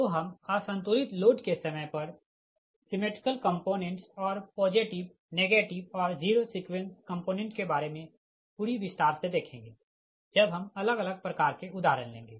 तो हम असंतुलित लोड के समय पर सिमेट्रिकल कम्पोनेंट्स और पॉजिटिव नेगेटिव और 0 सीक्वेंस कम्पोनेंट के बारे मे पूरी विस्तार से देखेंगे जब हम अलग अलग प्रकार के उदाहरण लेंगे